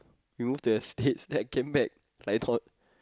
we move to the states then came back like not